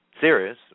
serious